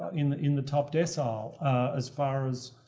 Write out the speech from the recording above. in the in the top decile as far as.